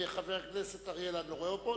את חבר הכנסת אריאל אני לא רואה פה,